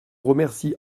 remercie